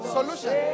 Solution